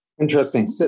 Interesting